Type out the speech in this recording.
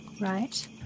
Right